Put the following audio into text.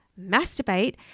masturbate